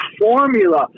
formula